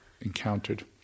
encountered